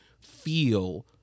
feel